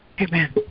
Amen